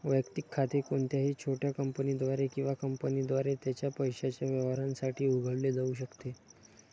वैयक्तिक खाते कोणत्याही छोट्या कंपनीद्वारे किंवा कंपनीद्वारे त्याच्या पैशाच्या व्यवहारांसाठी उघडले जाऊ शकते